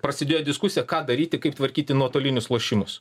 prasidėjo diskusija ką daryti kaip tvarkyti nuotolinius lošimus